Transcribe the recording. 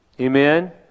Amen